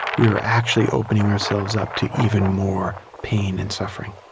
we are actually opening ourselves up to even more pain and suffering